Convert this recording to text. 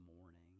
morning